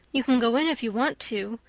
you can go in if you want to.